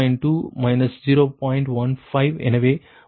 15 எனவே 3